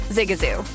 Zigazoo